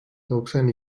doksan